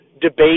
debate